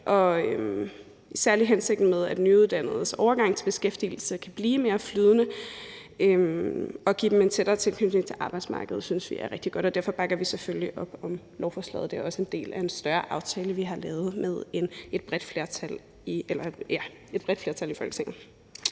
og særlig hensigten med, at nyuddannedes overgang til beskæftigelse kan blive mere flydende og give dem en tættere tilknytning til arbejdsmarkedet, synes vi er rigtig god. Og derfor bakker vi selvfølgelig op om lovforslaget. Det er også en del af en større aftale, vi har lavet med et bredt flertal i Folketinget.